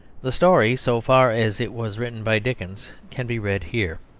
the story, so far as it was written by dickens, can be read here.